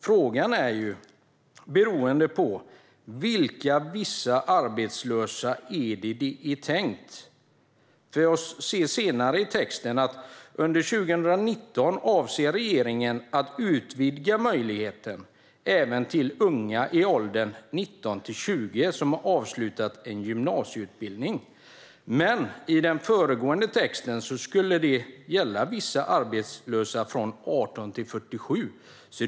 Frågan är vilka "vissa arbetslösa" det är tänkt ska få ta lån. Senare i texten står det att "under 2019 avser regeringen att utvidga möjligheten även till unga i åldern 19-20 år som avslutat en gymnasieutbildning", men tidigare i texten står det att det skulle gälla för "vissa arbetslösa personer i åldern 18-47 år".